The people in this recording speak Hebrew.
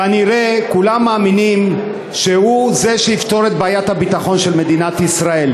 כנראה כולם מאמינים שהוא שיפתור את בעיית הביטחון של מדינת ישראל,